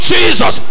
Jesus